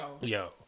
Yo